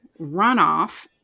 runoff